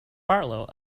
barlow